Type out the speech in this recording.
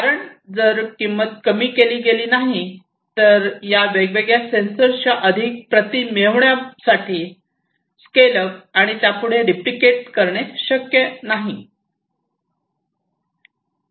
कारण जर किंमत कमी केली गेली नाही तर या वेगवेगळ्या सेन्सरच्या अधिक प्रती मिळविण्यासाठी स्केल अप आणि त्यास पुढे रेपलिकेट करणे शक्य नाही